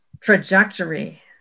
trajectory